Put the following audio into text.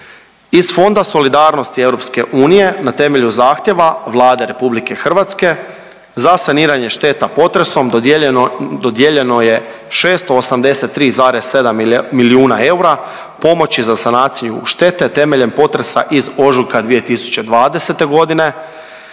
Iz Fonda solidarnosti EU na temelju zahtjeva Vlade RH za saniranje šteta potresom dodijeljeno, dodijeljeno je 683,7 milijuna eura pomoći za sanaciju štete temeljem potresa iz ožujka 2020. godine,